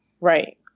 right